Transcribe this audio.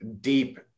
deep